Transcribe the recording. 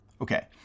Okay